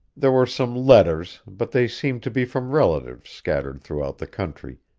there were some letters, but they seemed to be from relatives scattered throughout the country,